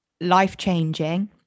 life-changing